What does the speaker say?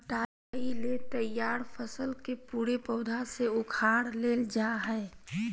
कटाई ले तैयार फसल के पूरे पौधा से उखाड़ लेल जाय हइ